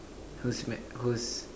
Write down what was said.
who's let who's